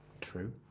True